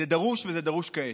זה דרוש, וזה דרוש כעת.